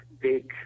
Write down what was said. big